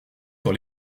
sur